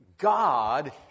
God